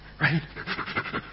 right